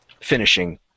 finishing